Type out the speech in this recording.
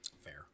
Fair